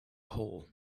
hole